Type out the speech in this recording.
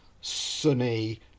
sunny